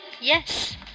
Yes